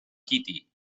kitty